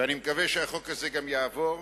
ואני מקווה שהחוק הזה גם יעבור,